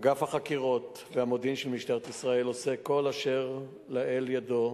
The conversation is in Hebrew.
אגף החקירות והמודיעין של משטרת ישראל עושה כל אשר לאל ידו,